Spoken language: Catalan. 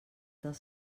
dels